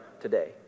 today